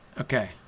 Okay